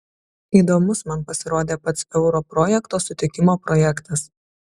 įdomus man pasirodė pats euro projekto sutikimo projektas